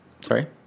Sorry